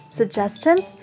suggestions